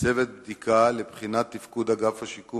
צוות בדיקה לבחינת תפקוד אגף שיקום